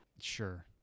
Sure